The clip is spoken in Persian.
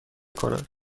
کند